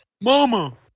Mama